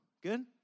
Good